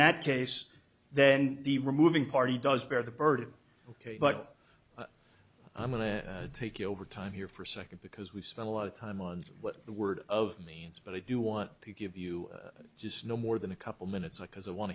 that case then the removing party does bear the burden ok but i'm going to take you over time here for a second because we've spent a lot of time on what the word of means but i do want to give you just no more than a couple minutes because i want